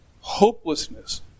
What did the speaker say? hopelessness